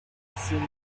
assumed